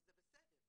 וזה בסדר,